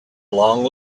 long